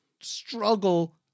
struggle